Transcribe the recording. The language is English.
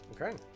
Okay